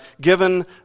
given